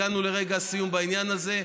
הגענו לרגע סיום בעניין הזה.